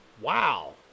Wow